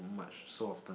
much so often